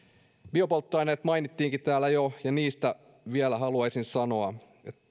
biopolttoaineet mainittiinkin täällä jo ja niistä vielä haluaisin sanoa